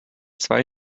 zwei